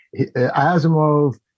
Asimov